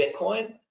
Bitcoin